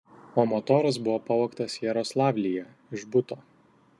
o motoras buvo pavogtas jaroslavlyje iš buto